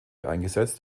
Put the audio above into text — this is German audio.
eingesetzt